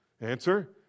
Answer